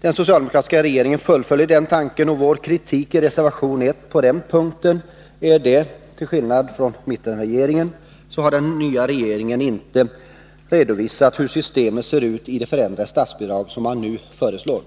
Den socialdemokratiska regeringen fullföljer den tanken, och vår kritik i reservation 1 på den punkten är att den nya regeringen till skillnad från mittenregeringen inte har redovisat hur systemet ser ut med det förändrade statsbidrag som man nu föreslår.